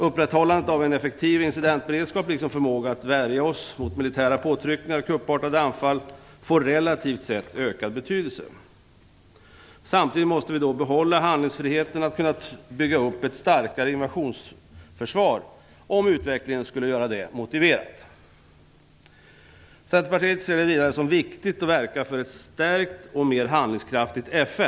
Upprätthållandet av en effektiv incidentberedskap liksom förmågan att värja oss mot militära påtryckningar och kuppartade anfall får relativt sett ökad betydelse. Samtidigt måste vi behålla handlingsfriheten att kunna bygga upp ett starkare invasionsförsvar om utvecklingen skulle göra det motiverat. Centerpartiet ser det som viktigt att verka för ett stärkt och mer handlingskraftigt FN.